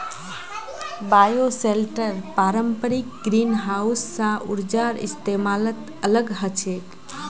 bioshelter पारंपरिक greenhouse स ऊर्जार इस्तमालत अलग ह छेक